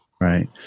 right